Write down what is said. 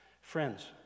Friends